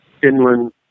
Finland